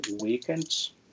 weekends